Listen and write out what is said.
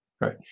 right